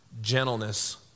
gentleness